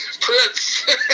Prince